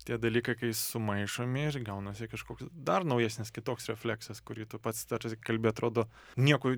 tie dalykai kai sumaišomi ir gaunasi kažkoks dar naujesnis kitoks refleksas kurį tu pats tarsi kalbi atrodo nieko